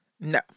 No